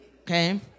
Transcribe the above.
okay